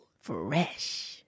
Fresh